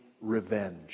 revenge